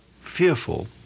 fearful